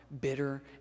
bitter